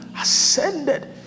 ascended